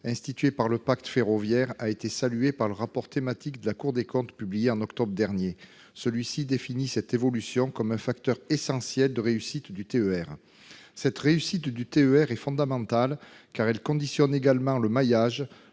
instituée par le pacte ferroviaire, a été saluée par le rapport thématique de la Cour des comptes, publié en octobre dernier. Celui-ci définit cette évolution comme un facteur essentiel de réussite du TER. La réussite des TER est fondamentale, car elle conditionne le maillage,